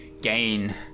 gain